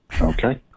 Okay